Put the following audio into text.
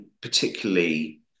particularly